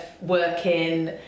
working